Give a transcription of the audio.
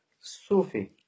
Sufi